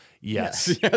Yes